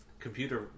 computer